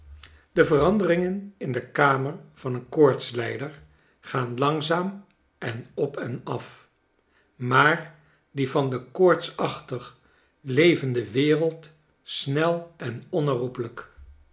de veranderingen in de kamer van een koortslijder gaan langzaam en op en af maar die van de koortsachtig levende wereld snel en onherroepelijk